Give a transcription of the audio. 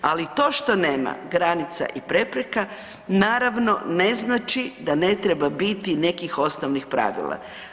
Ali to što nema granica i prepreka naravno ne znači da ne treba biti nekih osnovnih pravila.